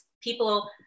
people